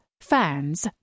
fans